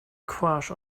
crush